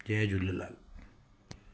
Jay Jhulelal